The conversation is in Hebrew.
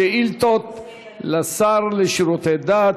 שאילתות לשר לשירותי דת.